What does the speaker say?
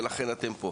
ולכן אתם פה.